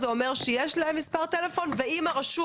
זה אומר שיש להם את מספר הטלפון ואם לרשות